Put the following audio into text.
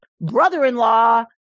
brother-in-law